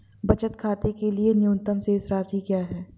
बचत खाते के लिए न्यूनतम शेष राशि क्या है?